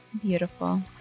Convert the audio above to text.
Beautiful